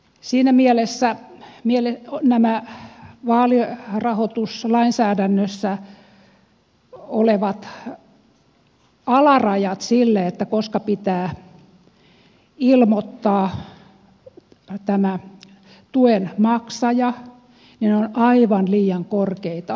siinä mielessä nämä vaalirahoituslainsäädännössä olevat alarajat sille koska pitää ilmoittaa tämä tuen maksaja ovat aivan liian korkeita